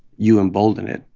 you embolden it.